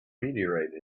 meteorite